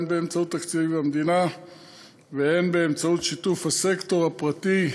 הן באמצעות תקציב המדינה והן באמצעות שיתוף הסקטור הפרטי,